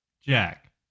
Jack